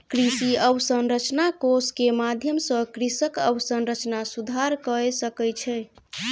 कृषि अवसंरचना कोष के माध्यम सॅ कृषक अवसंरचना सुधार कय सकै छै